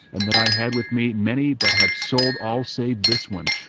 and that i had with me many but have sold all save this one,